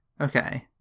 Okay